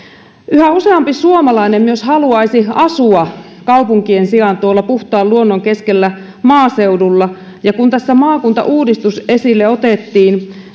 yhä useampi suomalainen myös haluaisi asua kaupunkien sijaan tuolla puhtaan luonnon keskellä maaseudulla kun tässä maakuntauudistus esille otettiin